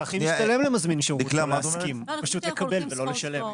זה הכי משתלם למזמין שירות פשוט לקבל ולא לשלם.